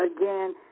Again